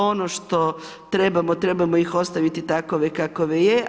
Ono što trebamo, trebamo ih ostaviti takve kakve jesu.